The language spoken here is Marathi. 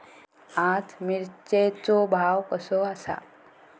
आज मिरचेचो भाव कसो आसा?